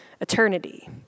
eternity